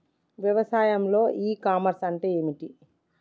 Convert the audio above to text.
వ్యవసాయంలో e commerce అంటే ఏమిటి?